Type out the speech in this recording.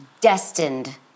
destined